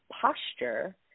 posture